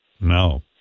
No